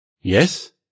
Yes